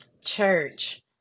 church